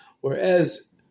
Whereas